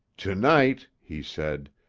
to-night, he said,